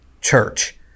Church